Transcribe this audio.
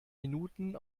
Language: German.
minuten